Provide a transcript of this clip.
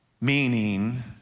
Meaning